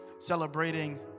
Celebrating